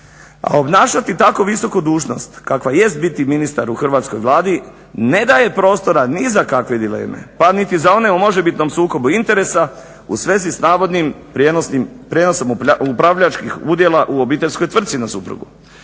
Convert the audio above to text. A obnašati tako visoku dužnost kakva jest biti ministar u Hrvatskoj Vladi, ne daje prostora ni za kakve dileme, pa niti za one u možebitnom sukobu interesa u svezi s navodnim prijenosnim, prijenosom upravljačkih udjela u obiteljskoj tvrci na suprugu.